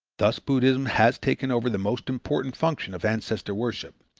thus buddhism has taken over the most important function of ancestor worship,